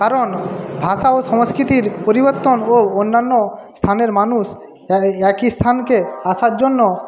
কারণ ভাষা ও সংস্কৃতির পরিবর্তন ও অন্যান্য স্থানের মানুষ একই স্থানকে আসার জন্য